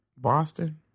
Boston